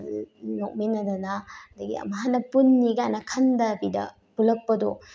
ꯅꯣꯛꯃꯤꯟꯅꯗꯅ ꯑꯗꯒꯤ ꯑꯃꯨꯛꯍꯟꯅ ꯄꯨꯟꯅꯤꯀꯥꯏꯅ ꯈꯟꯗꯕꯤꯗ ꯄꯨꯂꯛꯄꯗꯣ